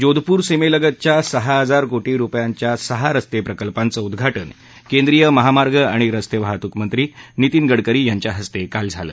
जोधपूर सीमेलगतच्या सहा हजार कोटी रुपयांच्या सहा रस्ते प्रकल्पांचं उद्घाटन केंद्रीय महामार्ग आणि रस्ते वाहतूक मंत्री नितीन गडकरी यांच्या हस्ते काल झालं